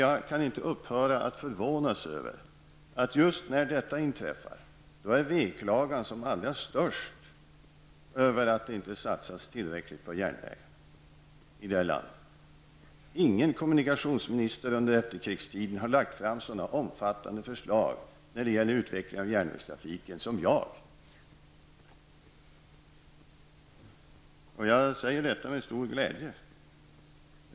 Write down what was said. Jag kan inte upphöra att förvånas över att just när detta inträffar, veklagan är som allra störst över att det inte satsas tillräckligt på järnvägar. Ingen kommunikationsminister under efterkrigstiden har lagt fram så omfattande förslag när det gäller utvecklingen av järnvägstrafiken som jag. Jag säger detta med stor glädje.